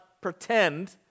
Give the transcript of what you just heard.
pretend